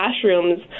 classrooms